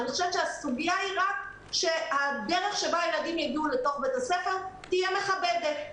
אני חושבת שהסוגיה היא רק שהדרך שבה ילדים יגיעו לבית הספר תהיה מכבדת,